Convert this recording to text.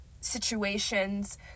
situations